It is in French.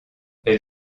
elle